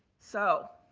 so,